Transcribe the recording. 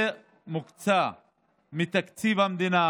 מוקצים מתקציב המדינה